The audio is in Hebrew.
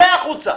צא החוצה,